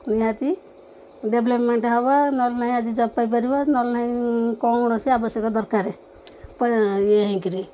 ନିହାତି ଡେଭଲ୍ପମେଣ୍ଟ ହବ ନହଲେ ନାହିଁ ଆଜି ଜବ୍ ପାଇପାରିବ ନହେଲେ ନାହିଁ କୌଣସି ଆବଶ୍ୟକ ଦରକାରେ ଇଏ ହେଇକିରି